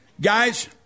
Guys